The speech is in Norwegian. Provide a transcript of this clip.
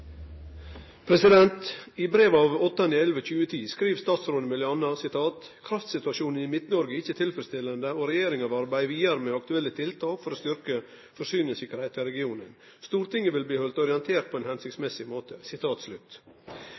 I brev av 8. november 2010 skriv statsråden m.a.: «Kraftsituasjonen i Midt-Norge er ikke tilfredsstillende, og regjeringen vil arbeide videre med aktuelle tiltak for å styrke forsyningssikkerheten i regionen. Stortinget vil bli holdt orientert på en hensiktsmessig måte.»